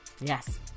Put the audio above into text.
yes